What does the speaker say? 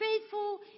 faithful